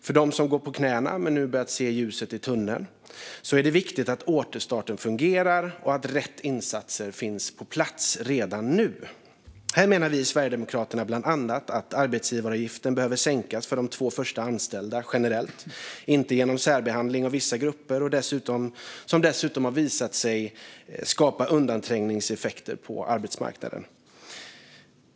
För dem som går på knäna men nu börjar se ljuset i tunneln är det viktigt att återstarten fungerar och att rätt insatser finns på plats redan nu. Här menar vi i Sverigedemokraterna bland annat att arbetsgivaravgiften behöver sänkas för de två första anställda generellt - inte genom särbehandling av vissa grupper, vilket dessutom har visat sig skapa undanträngningseffekter på arbetsmarknaden.